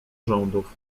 rządów